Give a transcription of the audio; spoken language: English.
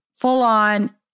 full-on